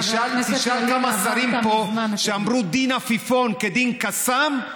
תשאל כמה שרים פה שאמרו "דין עפיפון כדין קסאם".